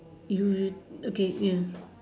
you you okay ya